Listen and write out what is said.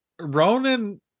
Ronan